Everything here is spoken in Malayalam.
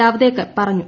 ജാവദേക്കർ പറഞ്ഞു